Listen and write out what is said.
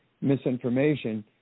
misinformation